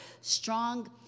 strong